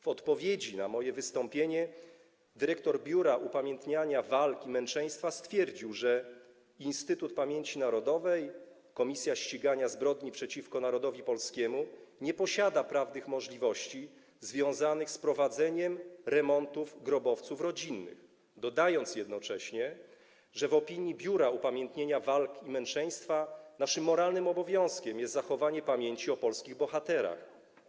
W odpowiedzi na moje wystąpienie dyrektor Biura Upamiętniania Walk i Męczeństwa stwierdził, że: „Instytut Pamięci Narodowej - Komisja Ścigania Zbrodni przeciwko Narodowi Polskiemu nie posiada prawnych możliwości związanych z prowadzeniem remontów grobowców rodzinnych”, dodając jednocześnie, że: „W opinii Biura Upamiętniania Walk i Męczeństwa naszym moralnym obowiązkiem jest zachowanie pamięci o polskich bohaterach.